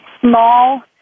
small